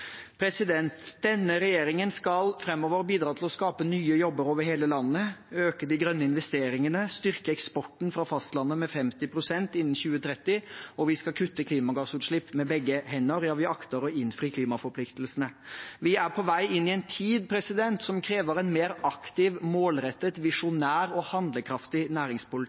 Denne regjeringen skal framover bidra til å skape nye jobber over hele landet, øke de grønne investeringene, styrke eksporten fra fastlandet med 50 pst. innen 2030, og vi skal kutte klimagassutslipp med begge hender. Ja, vi akter å innfri klimaforpliktelsene. Vi er på vei inn i en tid som krever en mer aktiv, målrettet, visjonær og handlekraftig næringspolitikk.